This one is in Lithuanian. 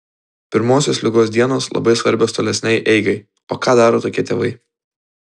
pirmosios ligos dienos labai svarbios tolesnei eigai o ką daro tokie tėvai